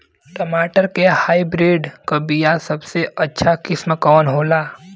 टमाटर के हाइब्रिड क बीया सबसे अच्छा किस्म कवन होला?